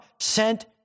sent